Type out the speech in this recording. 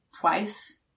twice